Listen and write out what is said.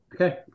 okay